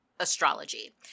astrology